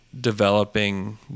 developing